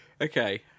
Okay